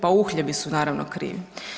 Pa uhljebi su naravno krivi.